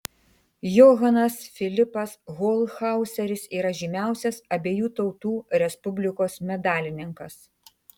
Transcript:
johanas filipas holchauseris yra žymiausias abiejų tautų respublikos medalininkas